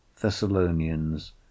Thessalonians